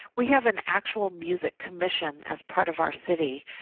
we have an actual music commission as part of our city,